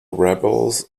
rebels